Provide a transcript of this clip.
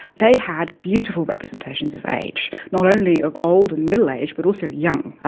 they had beautiful representations of age, not only of old and middle-age, but also young.